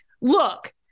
Look